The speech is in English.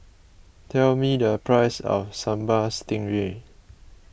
tell me the price of Sambal Stingray